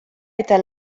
eta